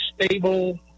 stable